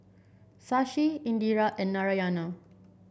Shashi Indira and Narayana